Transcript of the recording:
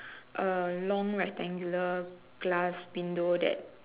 A long rectangular glass window that